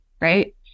right